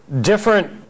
different